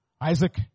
Isaac